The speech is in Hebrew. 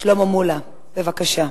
שלמה מולה, בבקשה.